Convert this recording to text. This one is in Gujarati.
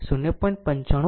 95 કહેવા માટે 0